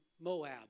Moab